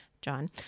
John